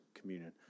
communion